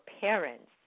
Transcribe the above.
parents